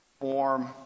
form